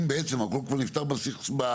אם בעצם הכל כבר נפתר בתכנון,